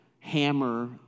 hammer